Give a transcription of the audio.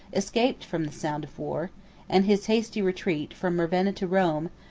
escaped from the sound of war and his hasty retreat from ravenna to rome,